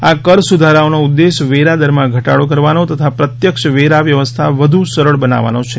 આ કર સુધારાઓનો ઉદ્દેશ વેરાદરમાં ઘટાડો કરવાનો તથા પ્રત્યક્ષ વેરા વ્યવસ્થા વધુ સરળ બનાવવાનો છે